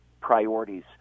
priorities